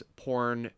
porn